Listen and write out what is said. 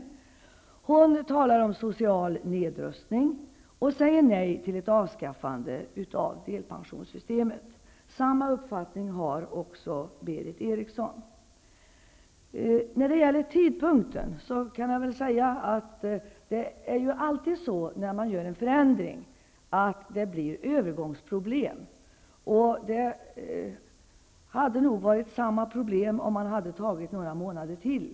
Vice ordföranden talar om social nedrustning och säger nej till ett avskaffande av delpensionssystemet. Samma uppfattning har Berith Eriksson. När det gäller tidpunkten kan jag väl säga att det, när en förändring görs, alltid blir övergångsproblem. Det hade nog blivit samma problem om man hade tagit några månader till.